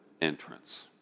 entrance